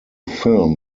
film